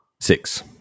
Six